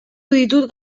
ditut